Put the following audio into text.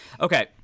Okay